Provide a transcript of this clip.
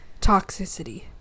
toxicity